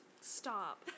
Stop